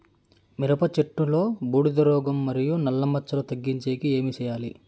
మిరప చెట్టులో బూడిద రోగం మరియు నల్ల మచ్చలు తగ్గించేకి ఏమి చేయాలి?